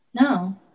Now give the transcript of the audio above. No